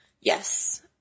Yes